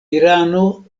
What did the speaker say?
irano